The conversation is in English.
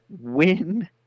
win